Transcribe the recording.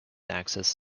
access